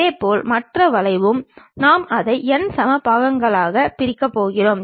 இதேபோல் மற்ற வளைவும் நாம் அதை n சம எண்ணிக்கையிலான பகுதிகளாக பிரிக்கப் போகிறோம்